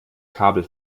kabel